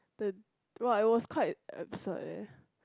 the what I was quite absurd eh